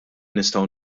nistgħu